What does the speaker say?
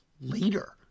later